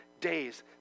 days